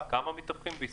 כמה מתווכים יש היום בישראל?